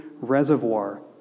reservoir